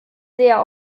sehr